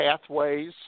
pathways